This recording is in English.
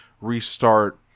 restart